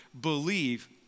believe